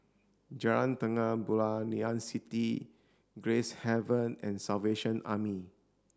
Jalan Terang Bulan Ngee Ann City and Gracehaven the Salvation Army